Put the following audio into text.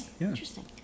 Interesting